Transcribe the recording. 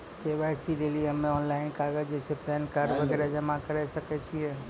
KYC लेली हम्मय online कागज जैसे पैन कार्ड वगैरह जमा करें सके छियै?